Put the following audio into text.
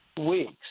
weeks